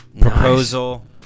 Proposal